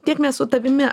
tiek mes su tavimi